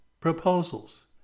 proposals